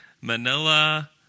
Manila